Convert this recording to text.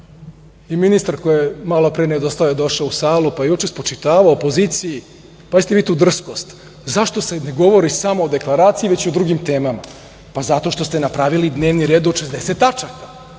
i ministar koji je malopre došao u salu, juče je spočitavao opoziciji, pazite vi tu drskost, zašto se ne govori samo o deklaraciji, već i o drugim temama. Pa, zato što ste napravili dnevni red od 60 tačaka.